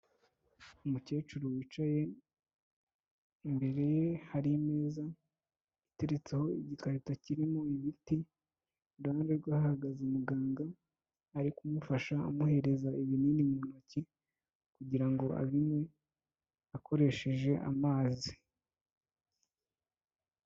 Umukecuru wicaye, imbere ye hari imeza iteretseho igikata kirimo imiti, iruhande rwe hahagaze muganga, ari kumufasha amuhereza ibinini mu ntoki kugira ngo abinywe, akoresheje amazi.